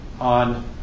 on